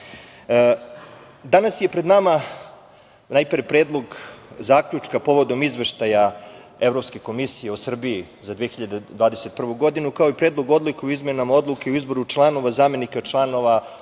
čovek. Danas je pred nama najpre Predlog zaključka povodom izveštaja Evropske komisije o Srbiji za 2021. godinu, kao i Predlog odluke o izmenama Odluke o izboru članova, zamenika članova